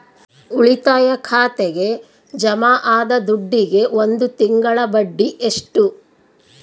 ಉಳಿತಾಯ ಖಾತೆಗೆ ಜಮಾ ಆದ ದುಡ್ಡಿಗೆ ಒಂದು ತಿಂಗಳ ಬಡ್ಡಿ ಎಷ್ಟು?